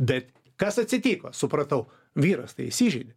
bet kas atsitiko supratau vyras tai įsižeidė